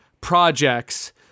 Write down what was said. projects